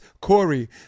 Corey